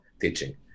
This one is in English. teaching